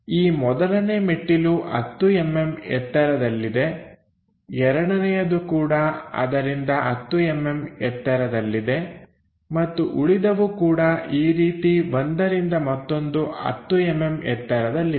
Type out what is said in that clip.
ಈ ಮೊದಲನೇ ಮೆಟ್ಟಿಲು 10mm ಎತ್ತರದಲ್ಲಿದೆ ಎರಡನೆಯದು ಕೂಡ ಅದರಿಂದ 10mm ಎತ್ತರದಲ್ಲಿದೆ ಮತ್ತು ಉಳಿದವು ಕೂಡ ಈ ರೀತಿ ಒಂದರಿಂದ ಮತ್ತೊಂದು 10mm ಎತ್ತರದಲ್ಲಿವೆ